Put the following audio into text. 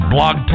Blog